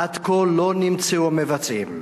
עד כה לא נמצאו המבצעים.